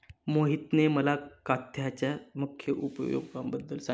मोहितने मला काथ्याच्या मुख्य उपयोगांबद्दल सांगितले